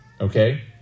Okay